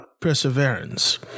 perseverance